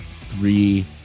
three